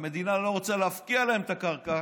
המדינה לא רוצה להפקיע להם את הקרקע